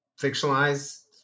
fictionalized